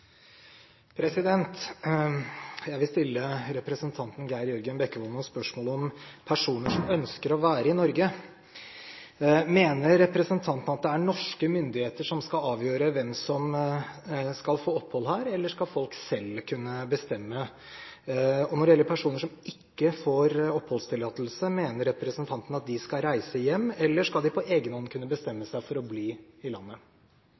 Jeg vil stille representanten Geir Jørgen Bekkevold noen spørsmål om personer som ønsker å være i Norge. Mener representanten at det er norske myndigheter som skal avgjøre hvem som skal få opphold her, eller skal folk selv kunne bestemme? Når det gjelder personer som ikke får oppholdstillatelse, mener representanten at de skal reise hjem, eller skal de på egen hånd kunne bestemme seg for å bli i landet?